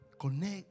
connect